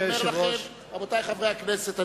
רבותי חברי הכנסת,